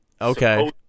Okay